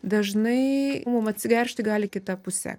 dažnai mum atsigręžti gali kita puse